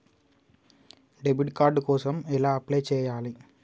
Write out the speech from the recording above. Debit card కోసం ఎలా apply చేయాలి?